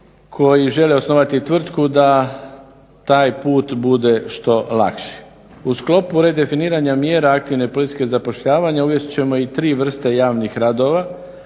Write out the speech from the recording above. koji žele osnovati tvrtku da taj put bude što lakši. U sklopu redefiniranja mjera aktivne politike zapošljavanja uvest ćemo i tri vrste javnih radova.